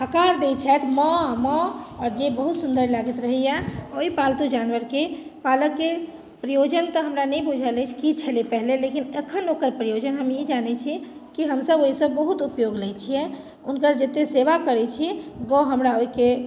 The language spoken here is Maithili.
हकार दैत छथि मौ मौ आओर जे बहुत सुन्दर लागैत रहैए ओहि पालतू जानवरके पालय के प्रयोजन तऽ हमरा नहि बूझल अछि की छलै पहिने लेकिन एखन ओकर प्रयोजन हम ई जानैत छी कि हमसभ ओहिसँ बहुत उपयोग लैत छियै हुनकर जतेक सेवा करैत छी गौ हमरा ओहिके